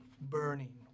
burning